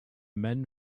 men